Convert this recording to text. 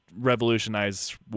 revolutionize